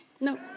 No